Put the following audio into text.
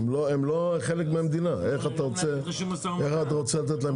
הם לא חלק מהמדינה, איך אתה רוצה לתת להם קנס?